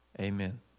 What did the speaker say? Amen